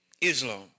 Islam